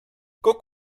guck